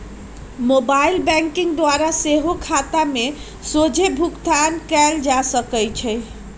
mobile banking द्वारा सेहो खता में सोझे भुगतान कयल जा सकइ छै